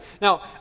Now